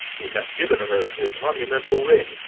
he hath given her his monumental ring,